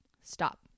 stop